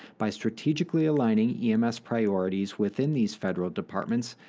by strategically aligning ems priorities within these federal departments,